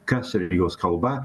kas yra jos kalba